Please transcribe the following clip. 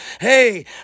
Hey